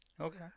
Okay